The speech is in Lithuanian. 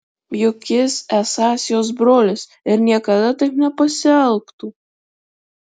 juk jis esąs jos brolis ir niekada taip nepasielgtų